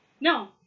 No